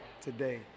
today